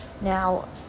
Now